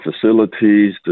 facilities